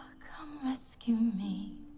come rescue me